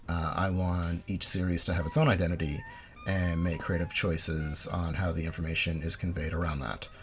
i want each series to have its own identity and make creative choices on how the information is conveyed around that.